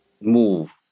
move